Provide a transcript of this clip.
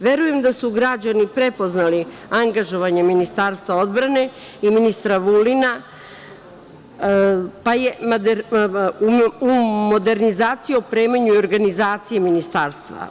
Verujem da su građani prepoznali angažovanje Ministarstva odbrane i ministra Vulina u modernizaciji opremanja i organizaciji Ministarstva.